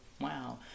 Wow